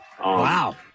Wow